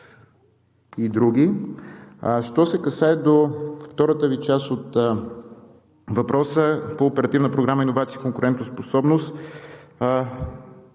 и други. Що се касае до втората Ви част от въпроса по Оперативна програма „Иновации и конкурентоспособност“.